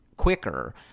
quicker